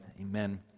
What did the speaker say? amen